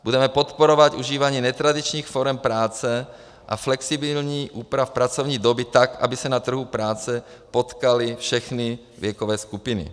Budeme podporovat užívání netradičních forem práce a flexibilních úprav pracovní doby tak, aby se na trhu práce potkaly všechny věkové skupiny.